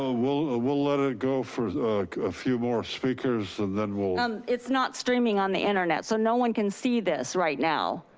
ah we'll ah we'll let it go for a few more speakers, and then we'll. um it's not streaming on the internet so no one can see this right now,